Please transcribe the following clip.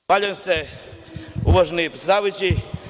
Zahvaljujem se uvaženi predsedavajući.